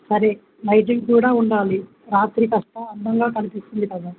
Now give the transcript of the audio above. సరే నలైటింగ్ కూడా ఉండాలి రాత్రి కష్టా అందంగా కనిపిస్తుంది కదా